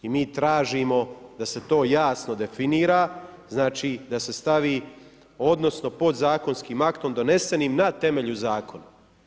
I mi tražimo da se to jasno definira, znači da se stavi, odnosno podzakonskim aktom donesenim na temelju zakona.